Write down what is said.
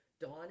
dawn